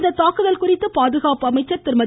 இந்த தாக்குதல் குறித்து பாதுகாப்பு அமைச்சர் திருமதி